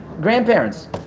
grandparents